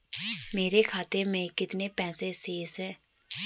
मेरे खाते में कितने पैसे शेष हैं?